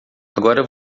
agora